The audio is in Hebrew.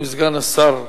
אם סגן השר,